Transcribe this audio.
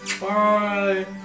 Bye